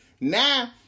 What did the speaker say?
Now